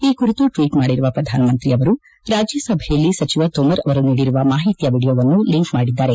ಈ ಕುರಿತು ಟ್ವೀಟ್ ಮಾಡಿರುವ ಪ್ರಧಾನಮಂತ್ರಿ ಅವರು ರಾಜ್ಯಸಭೆಯಲ್ಲಿ ಸಚಿವ ತೋಮರ್ ಅವರು ನೀಡಿರುವ ಮಾಹಿತಿಯ ವಿಡಿಯೋವನ್ನು ಲಿಂಕ್ ಮಾಡಿದ್ದಾರೆ